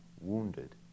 wounded